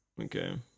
Okay